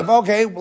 okay